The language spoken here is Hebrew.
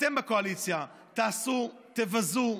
אתם בקואליציה תעשו, תבזו.